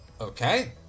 Okay